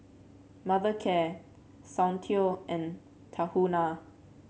Mothercare Soundteoh and Tahuna